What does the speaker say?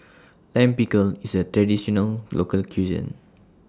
Lime Pickle IS A Traditional Local Cuisine